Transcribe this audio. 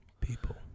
People